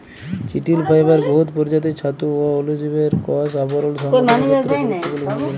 চিটিল ফাইবার বহুত পরজাতির ছাতু অ অলুজীবের কষ আবরল সংগঠলের খ্যেত্রে গুরুত্তপুর্ল ভূমিকা লেই